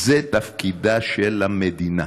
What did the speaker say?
זה תפקידה של המדינה.